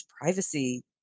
privacy